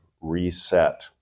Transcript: reset